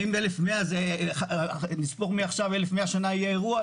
האם זה אומר שאם נספור מעכשיו 1,100 שנה ויהיה אירוע?